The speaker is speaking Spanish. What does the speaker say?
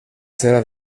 cera